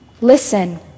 Listen